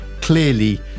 clearly